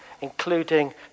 including